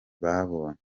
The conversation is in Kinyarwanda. babonye